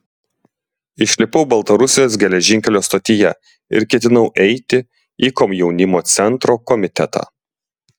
išlipau baltarusijos geležinkelio stotyje ir ketinau eiti į komjaunimo centro komitetą